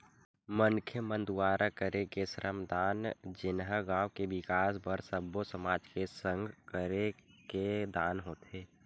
मनखे मन दुवारा करे गे श्रम दान जेनहा गाँव के बिकास बर सब्बो समाज के संग करे गे दान होथे